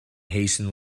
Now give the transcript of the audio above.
hasten